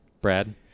brad